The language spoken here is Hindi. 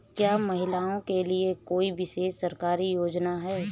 क्या महिलाओं के लिए कोई विशेष सरकारी योजना है?